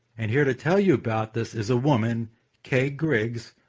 and here to tell you about this is a woman kay griggs,